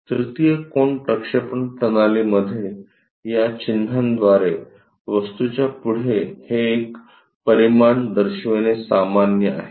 तृतीय कोन प्रक्षेपण प्रणालीमध्ये या चिन्हांद्वारे वस्तूच्या पुढे हे परिमाण दर्शविणे सामान्य आहे